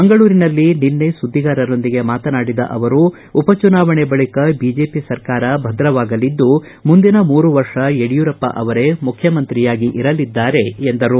ಮಂಗಳೂರಿನಲ್ಲಿ ನಿನ್ನೆ ಸುದ್ದಿಗಾರರೊಂದಿಗೆ ಮಾತನಾಡಿದ ಅವರು ಉಪಚುನಾವಣೆ ಬಳಿಕ ಬಿಜೆಪಿ ಸರಕಾರ ಭದ್ರವಾಗಲಿದ್ದು ಮುಂದಿನ ಮೂರು ವರ್ಷ ಯಡಿಯೂರಪ್ಪ ಅವರೇ ಮುಖ್ಯ ಮಂತ್ರಿಯಾಗಿ ಇರಲಿದ್ದಾರೆ ಎಂದರು